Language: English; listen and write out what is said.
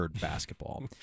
basketball